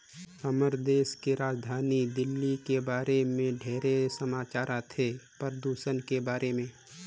हमर देश के राजधानी दिल्ली के बारे मे ढेरे समाचार आथे, परदूषन के बारे में